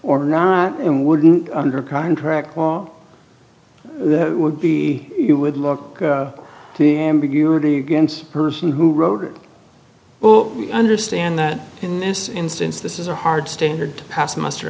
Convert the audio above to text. or not and wouldn't under contract law that would be you would look the ambiguity against the person who wrote it well i understand that in this instance this is a hard standard to pass muster